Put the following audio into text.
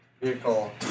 vehicle